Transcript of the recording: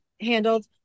handled